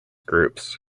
groups